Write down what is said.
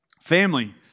family